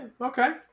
okay